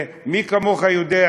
ומי כמוך יודע,